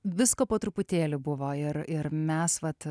visko po truputėlį buvoja ir mes vat